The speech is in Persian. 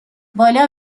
بالا